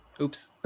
Oops